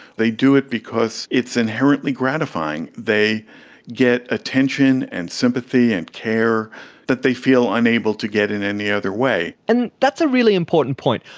they do it because it's inherently gratifying. they get attention and sympathy and care that they feel unable to get in any other way. and that's a really important point.